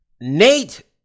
Nate